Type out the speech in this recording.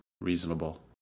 reasonable